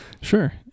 Sure